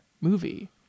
movie